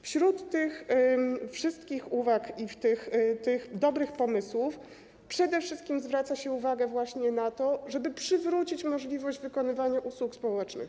Wśród tych wszystkich uwag i dobrych pomysłów przede wszystkim zwraca się uwagę właśnie na to, żeby przywrócić możliwość wykonywania usług społecznych.